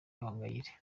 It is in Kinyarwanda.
gahongayire